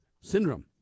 syndrome